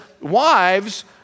wives